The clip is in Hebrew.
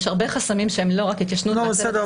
יש הרבה חסמים שהם לא רק התיישנות והצוות עוסק גם בזה.